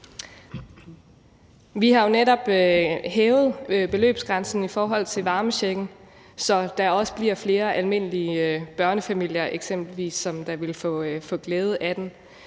Vi har jo netop hævet beløbsgrænsen i forhold til varmechecken, så der eksempelvis også bliver flere almindelige børnefamilier, der vil få glæde af den.